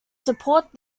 support